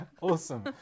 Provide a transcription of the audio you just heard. awesome